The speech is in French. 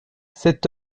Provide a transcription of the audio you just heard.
cet